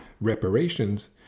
reparations